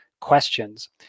questions